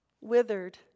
Withered